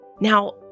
Now